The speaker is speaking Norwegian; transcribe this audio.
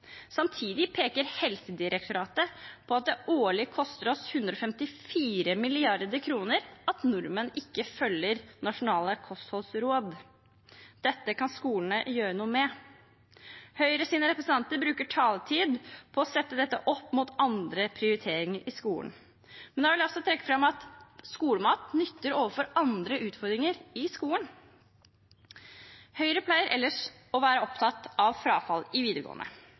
Samtidig peker Helsedirektoratet på at det årlig koster oss 154 mrd. kr at nordmenn ikke følger nasjonale kostholdsråd. Dette kan skolene gjøre noe med. Høyres representanter bruker taletid på å sette dette opp mot andre prioriteringer i skolen. Men da vil jeg også trekke fram at skolemat nytter overfor andre utfordringer i skolen. Høyre pleier ellers å være opptatt av frafall i videregående.